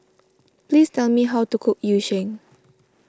please tell me how to cook Yu Sheng